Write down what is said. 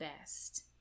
best